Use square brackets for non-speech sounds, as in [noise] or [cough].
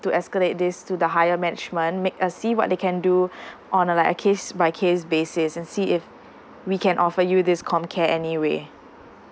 to escalate this to the higher management make uh see what they can do [breath] on a like a case by case basis and see if we can offer you this com care anyway